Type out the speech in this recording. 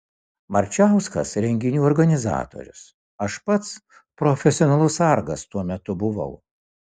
marčauskas renginių organizatorius aš pats profesionalus sargas tuo metu buvau